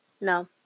No